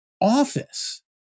office